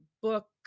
book